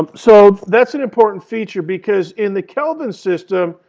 um so that's an important feature because in the kelvin system,